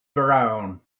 brown